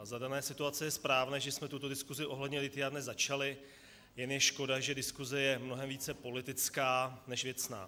Za dané situace je správné, že jsme tuto diskuzi ohledně lithia dnes začali, jen je škoda, že diskuze je mnohem více politická než věcná.